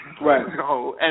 right